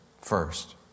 first